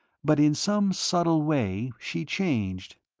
but in some subtle way she changed.